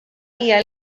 hija